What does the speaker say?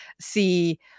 see